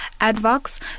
Advox